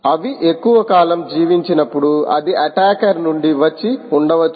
అవిఎక్కువ కాలం జీవించినప్పుడు ఇది అటాకర్ నుండి వచ్చి ఉండవచ్చు